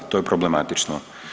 To je problematično.